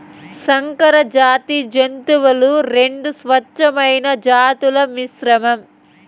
సంకరజాతి జంతువులు రెండు స్వచ్ఛమైన జాతుల మిశ్రమం